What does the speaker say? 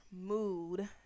mood